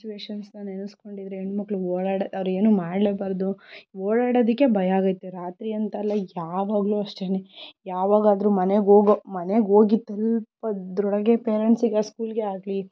ಸಿಚುವೇಷನ್ಸನ್ನು ನೆನೆಸಿಕೊಂಡಿದ್ರೆ ಹೆಣ್ಣುಮಕ್ಕಳು ಓಡಾಡ್ ಅವರೇನೂ ಮಾಡಲೇಬಾರದು ಓಡಾಡೋದಕ್ಕೇ ಭಯ ಆಗೈತೆ ರಾತ್ರಿ ಅಂತಲ್ಲ ಯಾವಾಗಲೂ ಅಷ್ಟೇನೆ ಯಾವಾಗಾದರೂ ಮನೆಗೋಗೋ ಮನೆಗೋಗಿ ತಲುಪೋದ್ರೊಳಗೆ ಪೇರೆಂಟ್ಸ್ಗೆ ಸ್ಕೂಲ್ಗೆ ಆಗಲಿ